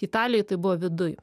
italijoj tai buvo viduj